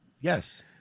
Yes